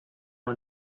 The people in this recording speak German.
man